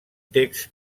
texts